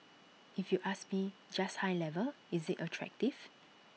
if you ask me just high level is IT attractive